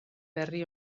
berri